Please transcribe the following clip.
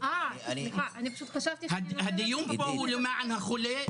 אני פשוט חשבתי שאני נותנת --- הדיון פה הוא למען החולה,